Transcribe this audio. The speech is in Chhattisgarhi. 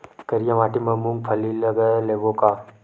करिया माटी मा मूंग फल्ली लगय लेबों का?